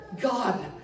God